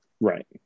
Right